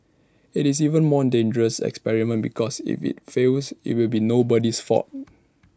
IT is even more dangerous experiment because if IT fails IT will be nobody's fault